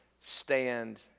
stand